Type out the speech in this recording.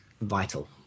vital